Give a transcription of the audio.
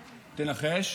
תנחש.